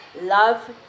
Love